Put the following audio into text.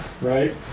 Right